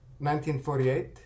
1948